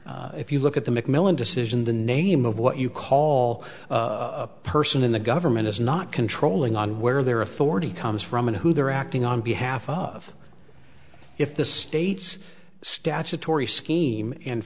decision if you look at the mcmillan decision the name of what you call a person in the government is not controlling on where their authority comes from and who they're acting on behalf of if the state's statutory scheme and